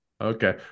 Okay